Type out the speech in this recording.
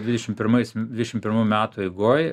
dvidešim pirmais dvidešim pirmų metų eigoj